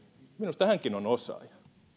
minusta hänkin on osaaja